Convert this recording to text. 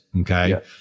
Okay